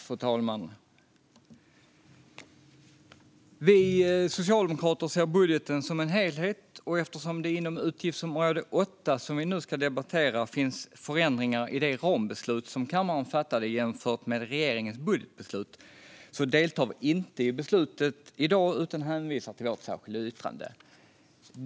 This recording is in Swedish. Fru talman! Vi socialdemokrater ser budgeten som en helhet. Eftersom det inom utgiftsområde 8, som vi nu ska debattera, finns förändringar i det rambeslut som kammaren fattade jämfört med regeringens budgetbeslut deltar vi inte i beslutet i dag utan hänvisar till vårt särskilda yttrande.